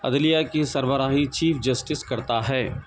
عدلیہ کی سربراہی چیف جسٹس کرتا ہے